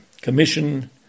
commission